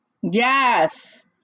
Yes